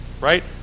right